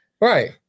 Right